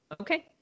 Okay